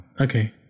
Okay